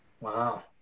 Wow